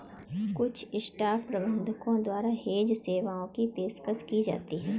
कुछ स्टॉक प्रबंधकों द्वारा हेज सेवाओं की पेशकश की जाती हैं